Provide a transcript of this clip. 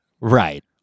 Right